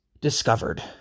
discovered